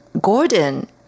Gordon